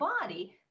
body